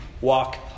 walk